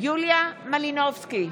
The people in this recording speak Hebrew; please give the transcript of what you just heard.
יוליה מלינובסקי,